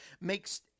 makes